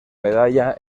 medalla